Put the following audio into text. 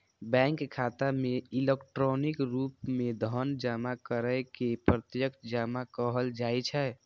bank खाता मे electronic रूप मे धन जमा करै के प्रत्यक्ष जमा कहल जाइ छै